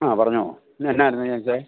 ആ പറഞ്ഞോ എന്തായിരുന്നു ജെയിംസേ